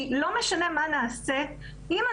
אגב,